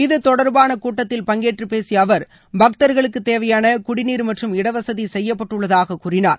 இது தொடர்பான கூட்டத்தில் பங்கேற்று பேசிய அவர் பக்தர்களுக்கு தேவையான குடிநீர் மற்றும் இடவசதி செய்யப்பட்டுள்ளதாக கூறினார்